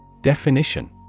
Definition